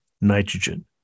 nitrogen